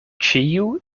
ĉiu